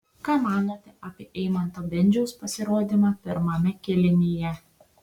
ką manote apie eimanto bendžiaus pasirodymą pirmame kėlinyje